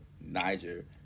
niger